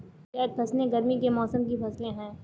ज़ैद फ़सलें गर्मी के मौसम की फ़सलें हैं